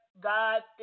God